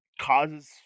Causes